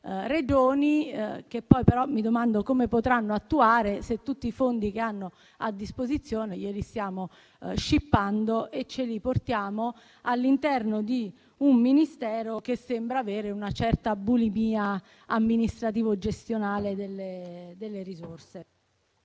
Regioni, che poi però mi domando come potranno dare attuazione a tali misure se tutti i fondi che hanno a disposizione vengono scippati e portati all'interno di un Ministero che sembra avere una certa bulimia amministrativo-gestionale delle risorse.